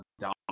down